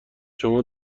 شما